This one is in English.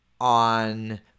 on